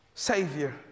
Savior